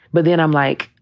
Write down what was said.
but then i'm like,